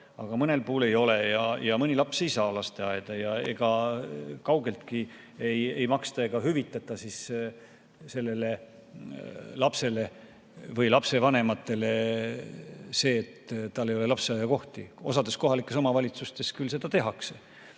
aga mõnel puhul ei ole ja mõni laps ei saa lasteaeda ning kaugeltki ei maksta ega hüvitata siis sellele lapsele või lapsevanematele seda, et tal ei ole lasteaiakohta. Osas kohalikes omavalitsustes küll seda tehakse,